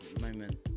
moment